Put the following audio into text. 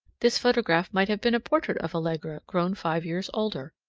this photograph might have been a portrait of allegra grown five years older.